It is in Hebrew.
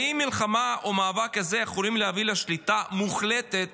האם המלחמה או המאבק הזה יכולים להביא לשליטה מוחלטת